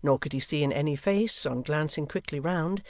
nor could he see in any face, on glancing quickly round,